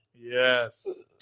Yes